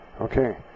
Okay